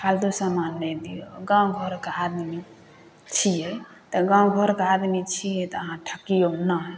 फालतू समान नहि दिऔ गामघरके आदमी छिए तऽ गामघरके आदमी छिए तऽ अहाँ ठकिऔ नहि